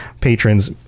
patrons